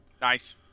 Nice